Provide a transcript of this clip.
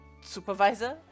Supervisor